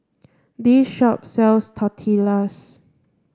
this shop sells Tortillas